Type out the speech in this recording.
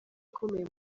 ikomeye